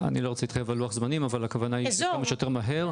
אני לא רוצה להתייחס על לוח זמנים אבל הכוונה היא שכמה שיותר מהר,